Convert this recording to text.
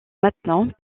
maintenant